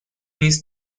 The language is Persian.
نیز